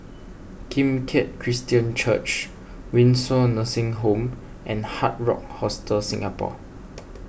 Kim Keat Christian Church Windsor Nursing Home and Hard Rock Hostel Singapore